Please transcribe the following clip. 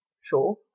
Sure